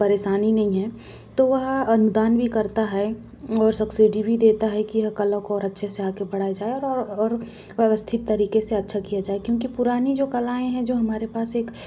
परेशानी नहीं है तो वह तो वह अनुदान भी करता है और सक्सिडि भी देता है की यह कला को अच्छे से आगे बढ़ाया जाए और और और व्यवस्थित तरीके से अच्छा किया जाए क्योंकि पुरानी जो कलाएँ हैं जो हमारे पास एक